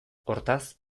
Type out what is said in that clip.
hortaz